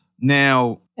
Now